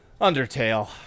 Undertale